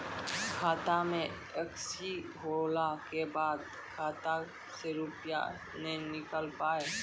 खाता मे एकशी होला के बाद खाता से रुपिया ने निकल पाए?